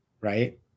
right